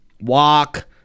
walk